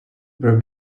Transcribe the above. were